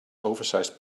oversized